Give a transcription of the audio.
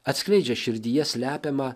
atskleidžia širdyje slepiamą